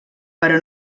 però